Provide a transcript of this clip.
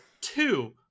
Two